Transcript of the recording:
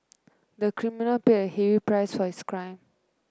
the criminal paid a huge prices crime